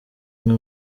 umwe